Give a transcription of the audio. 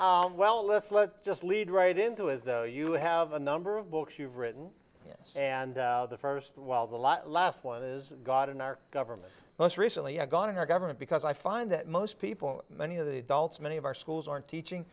well let's let's just lead right into as you have a number of books you've written and the first while the lot last one is god in our government most recently i've gone to our government because i find that most people many of the adults many of our schools aren't teaching